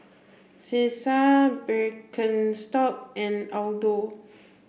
Cesar Birkenstock and Aldo